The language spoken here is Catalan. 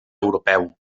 europeu